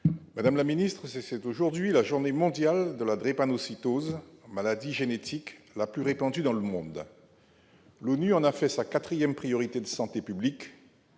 Madame la ministre, c'est aujourd'hui la journée mondiale de la drépanocytose, la maladie génétique la plus répandue dans le monde. L'ONU en a fait sa quatrième priorité de santé publique.